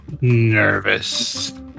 nervous